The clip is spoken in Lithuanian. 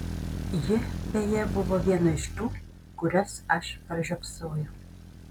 ji beje buvo viena iš tų kurias aš pražiopsojau